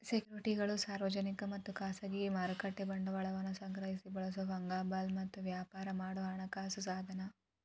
ಸೆಕ್ಯುರಿಟಿಗಳು ಸಾರ್ವಜನಿಕ ಮತ್ತ ಖಾಸಗಿ ಮಾರುಕಟ್ಟೆ ಬಂಡವಾಳವನ್ನ ಸಂಗ್ರಹಿಸಕ ಬಳಸೊ ಫಂಗಬಲ್ ಮತ್ತ ವ್ಯಾಪಾರ ಮಾಡೊ ಹಣಕಾಸ ಸಾಧನ